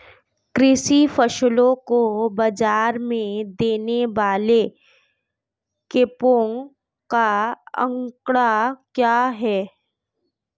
कृषि फसलों को बाज़ार में देने वाले कैंपों का आंकड़ा क्या है?